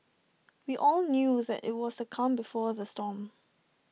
we all knew that IT was the calm before the storm